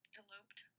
eloped